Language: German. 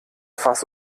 fass